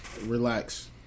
Relax